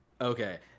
Okay